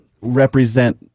represent